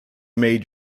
made